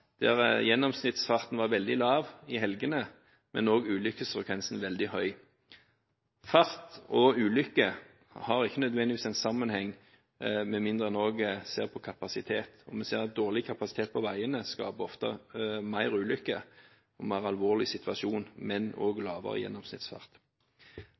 der gjennomsnittsfarten var veldig lav i helgene, men ulykkesfrekvensen var veldig høy. Fart og ulykker har ikke nødvendigvis sammenheng, med mindre en også ser på kapasitet, og vi ser at dårlig kapasitet på veiene ofte skaper flere ulykker og en mer alvorlig situasjon, men